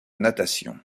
natation